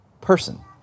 person